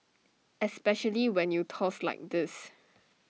especially when you toss like this